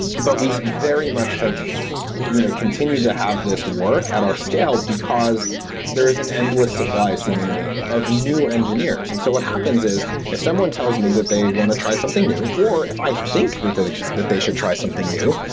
but we very much you know continue to have this work at our scale, because there is an endless supply seemingly of new engineers. and so what happens is if someone tells me that they want to try something new, or if i think that they that they should try something new,